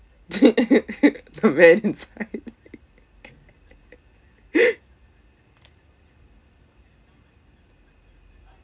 the man inside